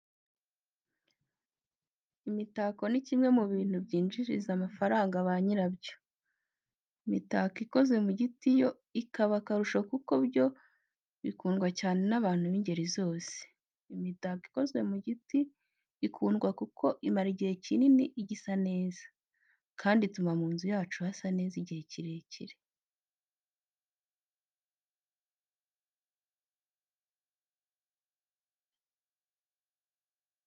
Imitako ni kimwe mu bintu byinjiriza amafaranga ba nyirabyo, imitako ikoze mu giti yo ikaba akarusho kuko byo bikundwa cyane n'abantu b'ingeri zose. Imitako ikozwe mu giti ikunda kuko imara igihe kinini igisa neza, kandi ituma mu mazu yacu hasa neza igihe kirekire.